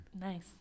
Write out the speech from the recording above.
Nice